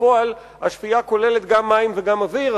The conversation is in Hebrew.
בפועל השפיעה כוללת גם מים וגם אוויר,